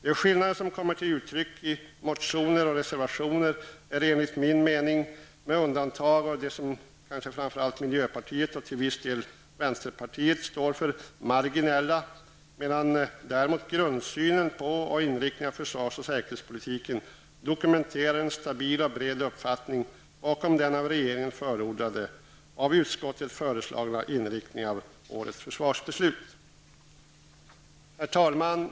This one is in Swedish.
De skillnader som kommer till uttryck i motioner och reservationer är enligt min mening -- med undantag av det som kanske framförallt miljöpartiet och till viss del vänsterpartiet står för -- marginella, medan däremot grundsynen på och inriktningen av försvars och säkerhetspolitiken dokumenterar en stabil och bred uppslutning bakom den av regeringen förordade och av utskottet föreslagna inriktningen av årets försvarsbeslut. Herr talman!